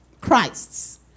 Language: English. Christs